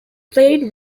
played